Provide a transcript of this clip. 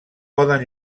poden